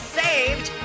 saved